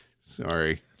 Sorry